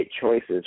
choices